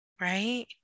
right